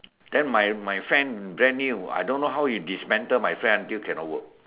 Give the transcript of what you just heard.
then my my friend brand new I don't know how he go dismantle my friend until cannot work